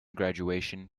graduation